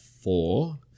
four